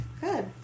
Good